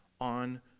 on